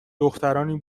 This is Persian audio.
دخترانی